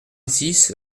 six